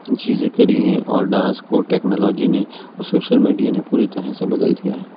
چیزیں کری ہیں اور ڈانس کو ٹیکنالوجی نے اور سوشل میڈیا نے پوری طرح سے بدل دیا ہے